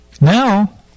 Now